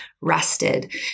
rested